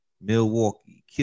Milwaukee